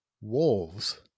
wolves